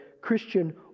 Christian